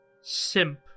simp